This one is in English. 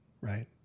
right